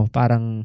parang